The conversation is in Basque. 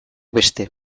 beste